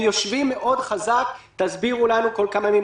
יושבים חזק מאוד ודורשים להסביר כל כמה ימים.